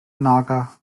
naga